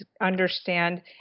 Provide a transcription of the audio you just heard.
understand